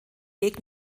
weg